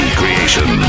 creation